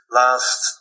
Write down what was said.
last